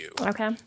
Okay